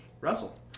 Russell